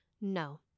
No